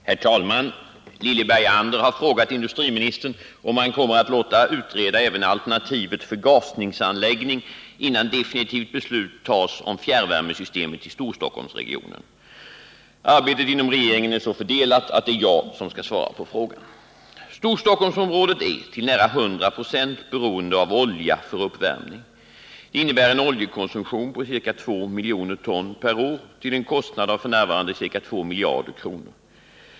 Herr talman! Lilly Bergander har frågat industriministern om han kommer att låta utreda även alternativet förgasningsanläggning innan definitivt beslut fattas om fjärrvärmesystem i Storstockholmsregionen. Arbetet inom regeringen är så fördelat att det är jag som skall svara på frågan. Storstockholmsområdet är till nära 100 70 beroende av olja för uppvärmning. Det innebär en oljekonsumtion på ca 2 miljoner ton per år, till en kostnad av f. n. ca 2 miljarder kronor.